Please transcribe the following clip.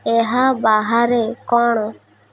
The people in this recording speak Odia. ଏହା ବାହାରେ କ'ଣ